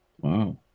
Wow